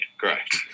correct